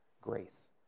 Grace